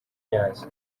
ryazo